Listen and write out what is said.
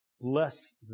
Bless